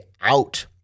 out